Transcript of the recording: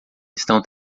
estão